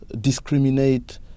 discriminate